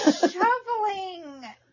shoveling